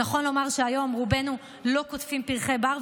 נכון לומר שהיום רובנו לא קוטפים פרחי בר,